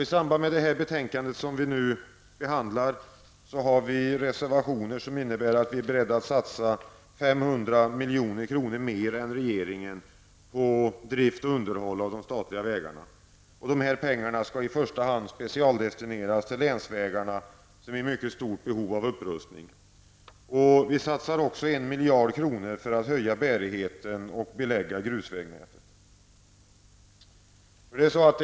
I samband med det betänkande som nu behandlas har vi reservationer som innebär att vi är beredda att satsa 500 milj.kr. mer än regeringen på drift och underhåll av de statliga vägarna. Dessa pengar skall i första hand specialdestineras till länsvägarna, som är i mycket stort behov av upprustning. Vi satsar också 1 miljard kronor för att höja bärigheten och belägga grusvägnätet.